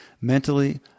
mentally